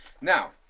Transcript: Now